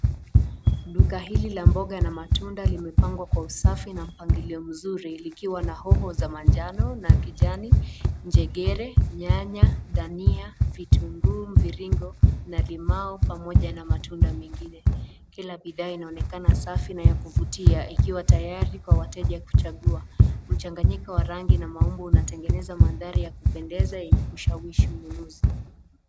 Duka hili la matunda na mboga zimepangwa kwa usafi na mpangilio mzuri. Ilikuwa na hoho za manjano na kijani, njegere, nyanya, dania, vitunguu mviringo na limau kwa moja na matunda mengine. Kila bidhaa inaonekana safi na ya kuvutia, ilikuwa tayari kwa wateja kuchagua. Mchanganyiko wa rangi na maumbu inatengeneza mazingira inayopendeza ya kushawishi mnunuzi.